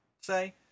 say